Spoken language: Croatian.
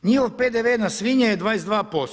Njihov PDV na svinje je 22%